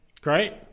Great